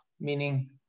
meaning